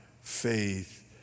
faith